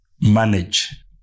manage